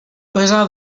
pesar